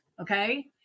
okay